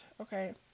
Okay